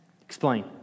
Explain